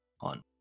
on